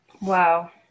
Wow